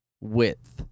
width